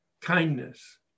Kindness